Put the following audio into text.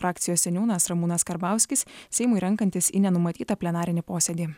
frakcijos seniūnas ramūnas karbauskis seimui renkantis į nenumatytą plenarinį posėdį